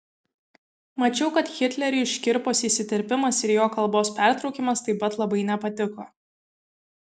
mačiau kad hitleriui škirpos įsiterpimas ir jo kalbos pertraukimas taip pat labai nepatiko